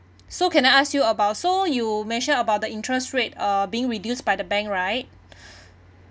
so can I ask you about so you mention about the interest rate uh being reduced by the bank right